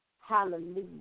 Hallelujah